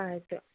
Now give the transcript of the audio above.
ಆಯಿತು